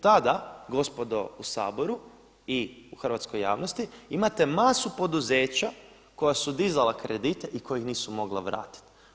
Tada gospodo u Saboru i u hrvatskoj javnosti imate masu poduzeća koja su dizala kredite i koja ih nisu mogla vratiti.